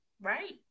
Right